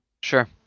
Sure